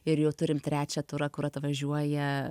ir jau turim trečią turą kur atvažiuoja